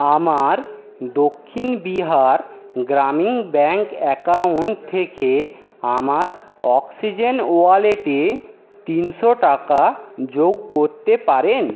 আমার Dakshin Bihar Gramin Bank account থেকে আমার অক্সিজেন ওয়ালেটে তিনশো টাকা যোগ করতে পারেন